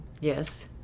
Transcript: Yes